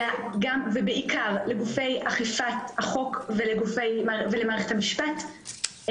אלא גם ובעיקר לגופי אכיפת החוק ולמערכת המשפט,